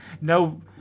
no